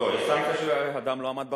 יש סנקציה שאדם לא עמד בחוק,